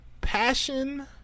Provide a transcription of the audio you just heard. passion